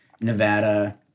Nevada